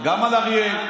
גם על אריאל,